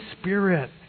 Spirit